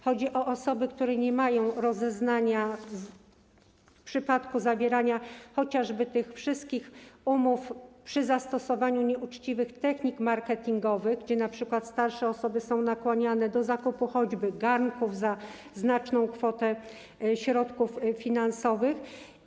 Chodzi o osoby, które nie mają rozeznania w przypadku zawierania chociażby tych wszystkich umów przy zastosowaniu nieuczciwych technik marketingowych, gdy np. starsze osoby są nakłaniane do zakupu choćby garnków za znaczną kwotę środków finansowych.